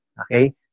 Okay